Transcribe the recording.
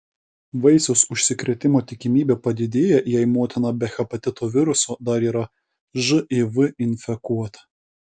vaisiaus užsikrėtimo tikimybė padidėja jei motina be hepatito viruso dar yra živ infekuota